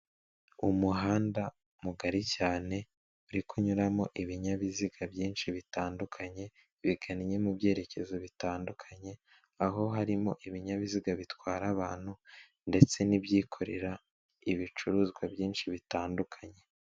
Umuhanda mugari cyane uri kunyuramo ibinyabiziga byinshi bitandukanye bigannye mu byerekezo bitandukanye aho harimo ibinyabiziga bitwara abantu ndetse n'ibyikorera ibicuruzwa byinshi bitandukanye.